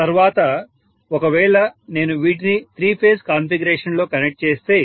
తర్వాత ఒకవేళ నేను వీటిని త్రీ ఫేజ్ కాన్ఫిగరేషన్ లో కనెక్ట్ చేస్తే